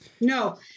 No